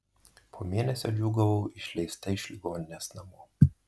po mėnesio džiūgavau išleista iš ligoninės namo